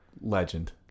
Legend